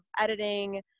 editing